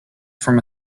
from